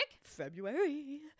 february